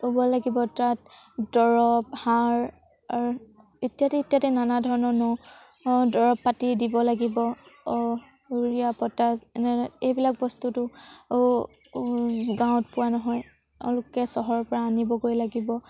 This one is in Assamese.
ৰুব লাগিব তাত দৰৱ সাৰ ইত্যাদি ইত্যাদি নানা ধৰণৰ ন দৰৱ পাতি দিব লাগিব ইউৰিয়া পটাছ এনে এইবিলাক বস্তুটো গাঁৱত পোৱা নহয় তেওঁলোকে চহৰৰপৰা আনিবগৈ লাগিব